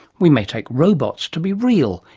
we may take robots to be real,